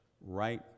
right